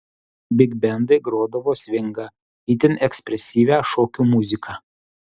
bigbendai grodavo svingą itin ekspresyvią šokių muziką